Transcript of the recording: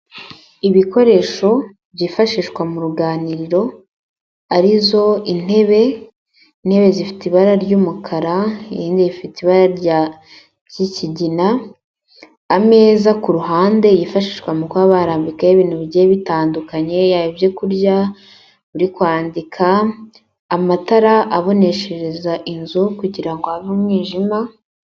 Ibikoresho byifashishwa mu ruganiriro arizo intebe, intebe zifite ibara ry'umukara irindi rifite ibara byi'kigina ameza kuruhande yifashishwa mu kuba barambikaho ibintu bigiye bitandukanye yaba, ibyo kurya, uri kwandika, amatara aboneshereza inzu kugirango habe umwijima.